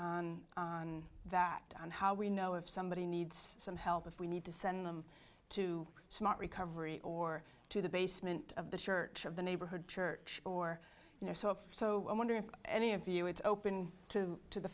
light on that and how we know if somebody needs some help if we need to send them to smart recovery or to the basement of the church of the neighborhood church or you know so so i wonder if any of you it's open to t